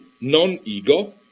non-ego